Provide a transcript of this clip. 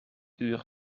uur